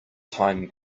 time